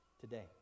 today